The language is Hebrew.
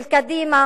של קדימה